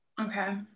Okay